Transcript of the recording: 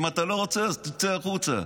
אם אתה לא רוצה, תצא החוצה,